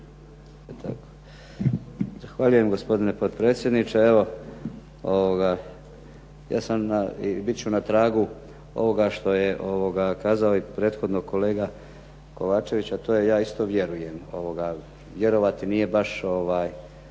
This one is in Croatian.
Zahvaljujem gospodine potpredsjedniče. Evo, ja sam na i bit ću na tragu ovoga što je kazao i prethodno kolega Kovačević, a to je ja isto vjerujem. Vjerovati nije baš loše,